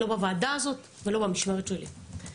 לא בוועדה הזאת ולא במשמרת שלי.